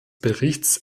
berichts